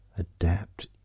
Adapt